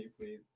please